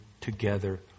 together